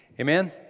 Amen